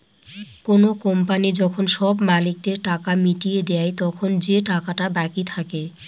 কোনো কোম্পানি যখন সব মালিকদের টাকা মিটিয়ে দেয়, তখন যে টাকাটা বাকি থাকে